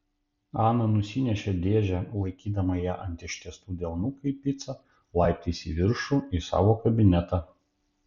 ana nusinešė dėžę laikydama ją ant ištiestų delnų kaip picą laiptais į viršų į savo kabinetą